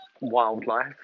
wildlife